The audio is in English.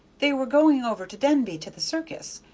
they were goin' over to denby to the circus,